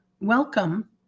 Welcome